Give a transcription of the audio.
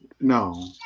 no